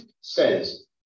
says